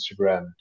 Instagram